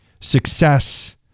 Success